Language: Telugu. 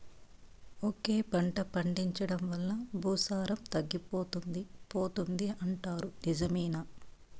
ఒకే పంట పండించడం వల్ల భూసారం తగ్గిపోతుంది పోతుంది అంటారు నిజమేనా